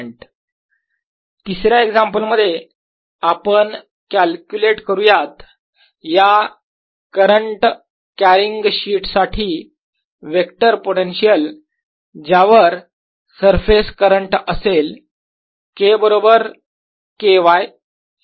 A1 By2xBx2y A2 Byx A1 A2By2xBx2y तिसऱ्या example मध्ये आपण कॅल्क्युलेट करूयात या करंट कॅरिंग शीट साठी वेक्टर पोटेन्शियल ज्यावर सरफेस करंट असेल K बरोबर k y